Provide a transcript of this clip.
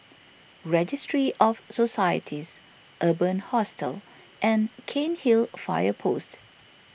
Registry of Societies Urban Hostel and Cairnhill Fire Post